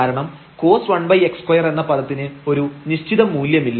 കാരണം cos⁡1x2 എന്ന പദത്തിന് ഒരു നിശ്ചിത മൂല്യമില്ല